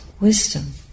wisdom